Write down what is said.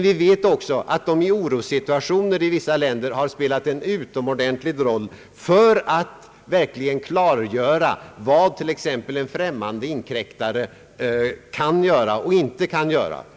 Vi vet dock att de i orossituationer i vissa länder har spelat en utomordentligt stor roll för att verkligen klargöra vad t.ex. en främmande inkräktare kan göra och inte kan göra.